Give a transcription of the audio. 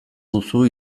duzu